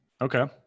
Okay